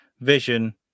Vision